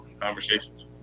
conversations